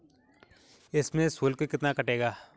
इसमें शुल्क कितना कटेगा?